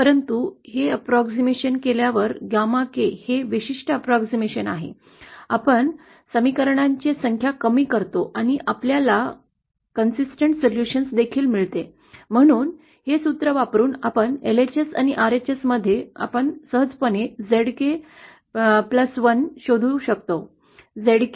परंतु हे अॅप्रॉक्सीमेशन केल्यावर γ k जे हे विशिष्ट अॅप्रॉक्सीमेशन आहे आपण समीकरणांची संख्या कमी करतो आणि आपल्याला सुसंगत निराकरण देखील मिळते म्हणून हे सूत्र वापरून आणि या LHS आणि RHS मध्ये आपण सहजपणे Zk प्लस वन शोधू शकतो